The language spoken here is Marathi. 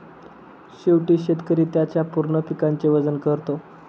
शेवटी शेतकरी त्याच्या संपूर्ण पिकाचे वजन करतो